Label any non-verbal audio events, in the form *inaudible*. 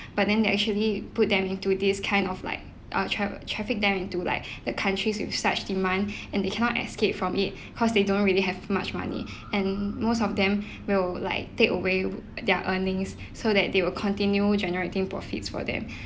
but then they actually put them into this kind of like uh travel traffic them into like *breath* the countries with such demand *breath* and they cannot escape from it cause they don't really have much money and most of them *breath* will like take away their earnings so that they will continue generating profits for them